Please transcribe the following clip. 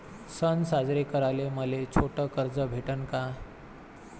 सन साजरे कराले मले छोट कर्ज भेटन का?